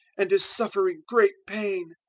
and is suffering great pain.